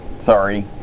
sorry